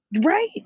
Right